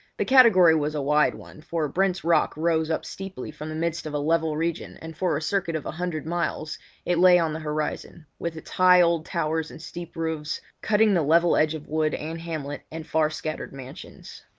the category was a wide one, for brent's rock rose up steeply from the midst of a level region and for a circuit of a hundred miles it lay on the horizon, with its high old towers and steep roofs cutting the level edge of wood and hamlet, and far-scattered mansions.